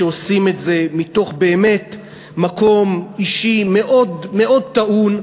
שעושים את זה מתוך באמת מקום אישי מאוד טעון,